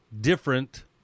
different